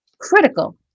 critical